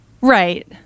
Right